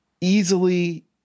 easily